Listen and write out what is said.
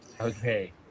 Okay